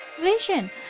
vision